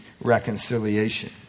reconciliation